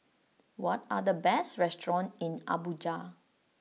what are the best restaurants in Abuja